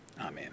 Amen